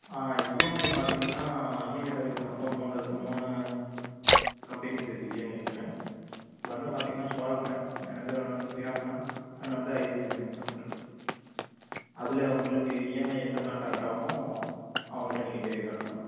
EMI பார்த்திங்கனா EMI service நம்மக்கிட்ட மூணு இருக்கு மூணு கம்பெனிஸ் இருக்கு இஎம்ஐக்குன்னு ஒன்று பார்த்திங்கனா சோழா ஃபினான்ஸ் அனதர் ஒன்று வந்த ஸ்ரீராம் ஃபினான்ஸ் இன்னோன்று வந்து ஐசிசி ஃபினான்ஸ் ஒன்று இருக்கு அதில் உங்களுக்கு இஎம்ஐ எந்த ப்ளான் கரெட்டாகுமோ அவங்கள்ட நீங்கள் கேட்டுக்க வேண்டியதுதான்